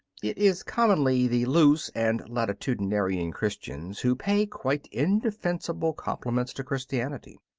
it is commonly the loose and latitudinarian christians who pay quite indefensible compliments to christianity.